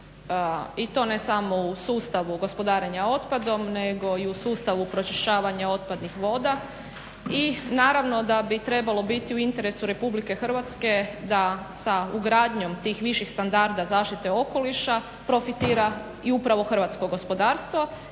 I to ne samo u sustavu gospodarenja otpadom, nego i u sustavu pročišćavanja otpadnih voda i naravno da bi trebalo biti u interesu Republike Hrvatske da sa ugradnjom tih viših standarda zaštite okoliša profitira i upravo Hrvatsko gospodarstvo.